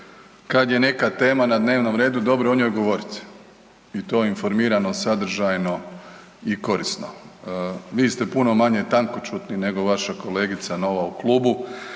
kada je neka tema na dnevnom redu dobro je o njoj govoriti i to informirano, sadržajno i korisno. Vi ste puno manje tankoćutni nego vaša kolegica nova u klubu